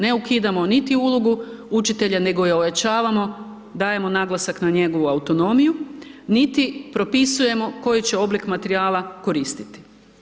Ne ukidamo niti ulogu učitelja, nego je ojačavamo, dajemo naglasak na njegovu autonomiju, niti propisujemo koji će oblik materijala koristiti.